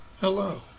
Hello